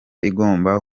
igomba